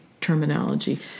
terminology